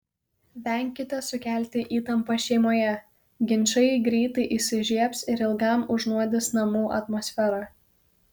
venkite sukelti įtampą šeimoje ginčai greitai įsižiebs ir ilgam užnuodys namų atmosferą